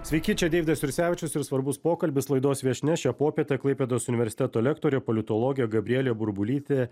sveiki čia deividas jursevičius ir svarbus pokalbis laidos viešnia šią popietę klaipėdos universiteto lektorė politologė gabrielė burbulytė